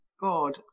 God